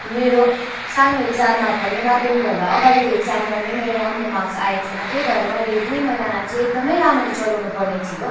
मेरो सानो इक्जाममा पनि माध्यमिक भन्दाको अगाडिको इक्जाममा पनि मेरो राम्रो मार्क्स आएको थिएन त्यही भएर मैले दुई महिनालाई चाहिँ एकदमै राम्ररी चलाउनुपर्ने थियो